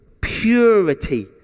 purity